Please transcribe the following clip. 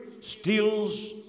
steals